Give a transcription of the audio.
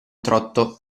trotto